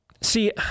See